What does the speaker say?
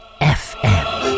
FM